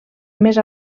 més